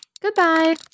goodbye